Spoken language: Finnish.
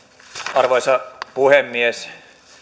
arvoisa puhemies